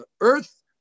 Earth